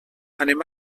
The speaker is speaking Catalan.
anem